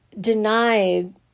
denied